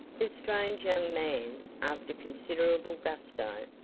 the strange young man, after considerable gusto,